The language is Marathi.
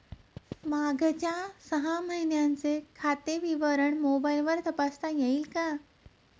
मागच्या सहा महिन्यांचे खाते विवरण मोबाइलवर तपासता येईल का?